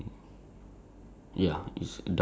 ya the lady with the float